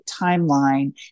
timeline